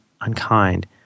unkind